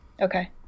Okay